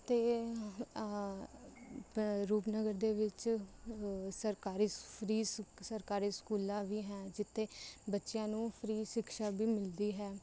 ਅਤੇ ਪ ਰੂਪਨਗਰ ਦੇ ਵਿੱਚ ਸਰਕਾਰੀ ਫ੍ਰੀ ਸ ਸਰਕਾਰੀ ਸਕੂਲਾਂ ਵੀ ਹੈ ਜਿੱਥੇ ਬੱਚਿਆਂ ਨੂੰ ਫ੍ਰੀ ਸਿੱਖਸ਼ਾ ਵੀ ਮਿਲਦੀ ਹੈ